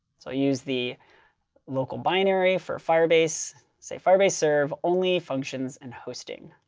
so i use the local binary for firebase. say firebase serve only functions and hosting.